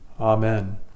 Amen